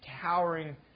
towering